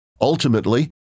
Ultimately